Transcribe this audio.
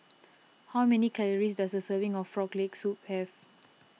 how many calories does a serving of Frog Leg Soup have